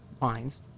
lines